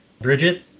Bridget